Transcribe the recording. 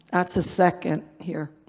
that's a second, here.